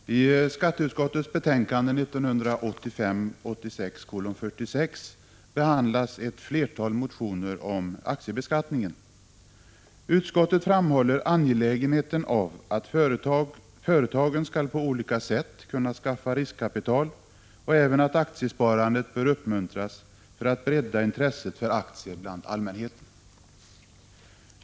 Herr talman! I skatteutskottets betänkande 1985/86:46 behandlas ett flertal motioner om aktiebeskattningen. Utskottet framhåller angelägenheten av att företagen på olika sätt skall kunna skaffa riskkapital och även att aktiesparandet bör uppmuntras för att bredda intresset för aktier bland allmänheten.